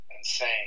Insane